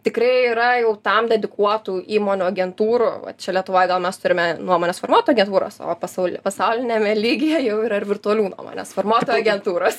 tikrai yra jau tam dedikuotų įmonių agentūrų va čia lietuvoj gal mes turime nuomonės formuotojų agentūras o pasau pasauliniame lygyje jau yra ir virtualių nuomonės formuotojų agentūros